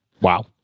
Wow